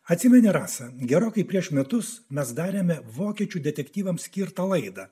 atsimeni rasa gerokai prieš metus mes darėme vokiečių detektyvams skirtą laidą